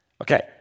Okay